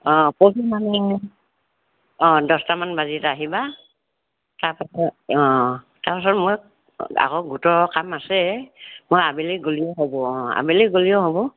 আ পৰহি মানে অ দহটামান বজাত আহিবা তাৰপাছত অ তাৰপাছত মই আকৌ গোটৰ কাম আছে মই আবেলি গ'লেও হ'ব অ আবেলি গ'লেও হ'ব